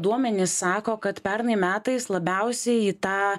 duomenys sako kad pernai metais labiausiai į tą